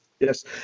Yes